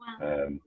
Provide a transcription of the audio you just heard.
Wow